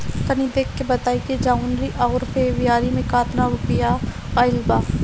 तनी देख के बताई कि जौनरी आउर फेबुयारी में कातना रुपिया आएल बा?